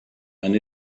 and